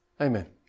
amen